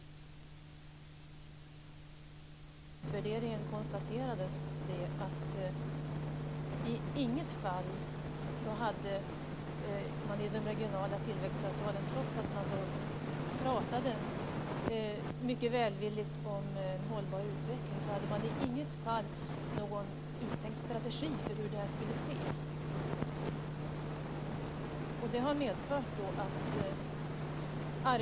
I utvärderingen av dem konstaterades det att trots att man pratade mycket välvilligt om hållbar utveckling hade man i inget fall någon uttänkt strategi för hur det här skulle ske.